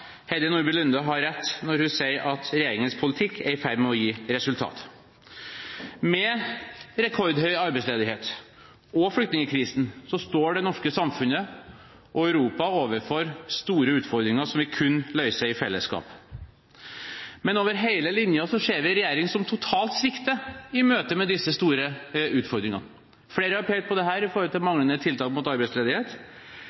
Heidi Nordby Lunde har rett når hun sier at regjeringens politikk er i ferd med å gi resultater. Med rekordhøy arbeidsledighet og flyktningkrisen står det norske samfunnet og Europa overfor store utfordringer som vi kun løser i fellesskap. Men over hele linjen ser vi en regjering som totalt svikter i møte med disse store utfordringene. Flere har pekt på dette i